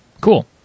Cool